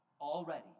already